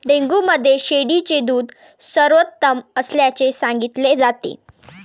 dengue मध्ये शेळीचे दूध सर्वोत्तम असल्याचे सांगितले जाते